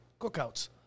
cookouts